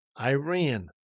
Iran